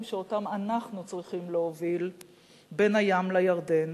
שאותם אנחנו צריכים להוביל בין הים לירדן